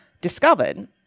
discovered